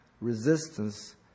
resistance